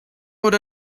would